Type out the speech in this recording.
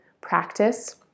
practice